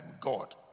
God